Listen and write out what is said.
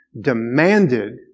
demanded